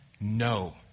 no